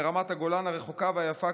מרמת הגולן הרחוקה והיפה,